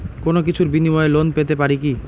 কোনো কিছুর বিনিময়ে লোন পেতে পারি কি?